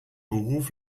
beruf